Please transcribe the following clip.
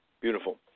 Beautiful